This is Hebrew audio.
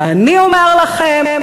ואני אומר לכם: